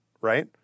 right